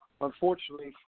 unfortunately